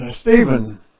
Stephen